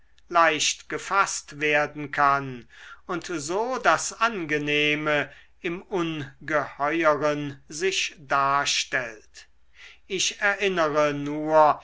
leicht gefaßt werden kann und so das angenehme im ungeheueren sich darstellt ich erinnere nur